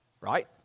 right